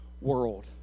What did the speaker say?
world